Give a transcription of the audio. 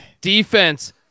defense